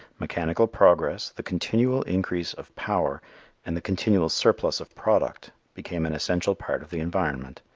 mechanical progress, the continual increase of power and the continual surplus of product became an essential part of the environment,